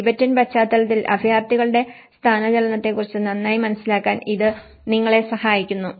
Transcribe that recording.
Tibetan പശ്ചാത്തലത്തിൽ അഭയാർത്ഥികളുടെ സ്ഥാനചലനത്തെക്കുറിച്ച് നന്നായി മനസ്സിലാക്കാൻ ഇത് നിങ്ങളെ സഹായിക്കുന്നു